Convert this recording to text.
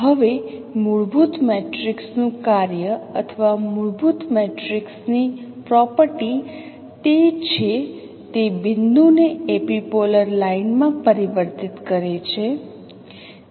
હવે મૂળભૂત મેટ્રિક્સનું કાર્ય અથવા મૂળભૂત મેટ્રિક્સની મિલકત તે છે તે બિંદુ ને એપિપોલર લાઇન માં પરિવર્તિત કરે છે